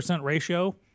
ratio